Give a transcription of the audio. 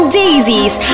daisies